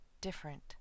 different